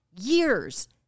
years